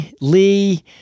Lee